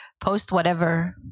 post-whatever